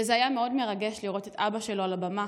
וזה היה מאוד מרגש לראות את אבא שלו על הבמה